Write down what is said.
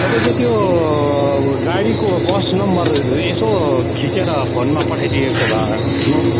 तपाईँको त्यो गाडीको बस नम्बर यसो खिचेर फोनमा पठाइदिएको भए